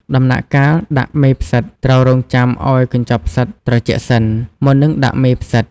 ដំណាក់កាលដាក់មេផ្សិត ត្រូវរង់ចាំឲ្យកញ្ចប់ផ្សិតត្រជាក់សិន មុននឹងដាក់មេផ្សិត។